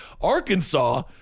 Arkansas